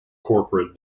corporate